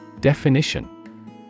Definition